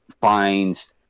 finds